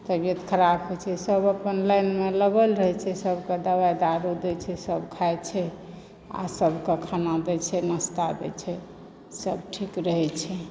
तबियत खराब होइ छै सभ अपन लाइन मे लगल रहै छै सभके दबाइ दारू दै छै सभ खाइ छै आ सभके खाना दै छै नस्ता दै छै सभ ठीक रहै छै